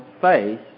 face